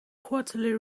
quarterly